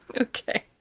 Okay